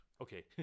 okay